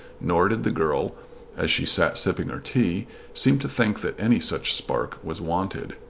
nor did the girl as she sat sipping her tea seem to think that any such spark was wanted.